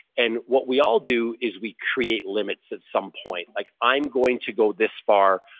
and what we all do is we create limits at some point, like, i'm going to go this far.